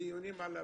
בדיונים על הרפורמה,